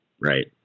right